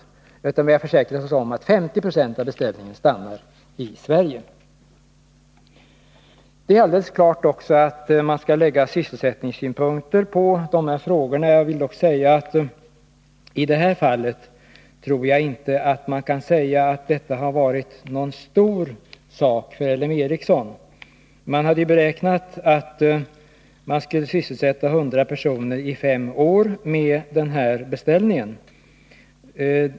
Det är helt klart att man också skall se dessa frågor från sysselsättningssynpunkt. Jag tror emellertid att jag kan säga att den här affären inte har varit någon stor sak för L M Ericsson. Man beräknade att man skulle sysselsätta 100 personer i fem år med denna beställning.